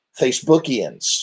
Facebookians